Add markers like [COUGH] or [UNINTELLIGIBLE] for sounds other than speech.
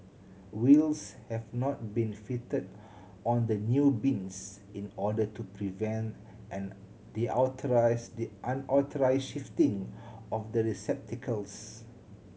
wheels have not been fitted on the new bins in order to prevent [UNINTELLIGIBLE] the [UNINTELLIGIBLE] the unauthorised shifting of the receptacles